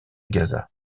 gaza